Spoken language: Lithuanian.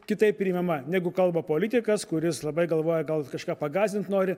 kitaip priimama negu kalba politikas kuris labai galvoja gal kažką pagąsdint nori